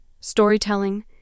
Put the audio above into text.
storytelling